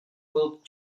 world